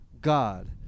god